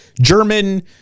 German